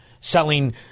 selling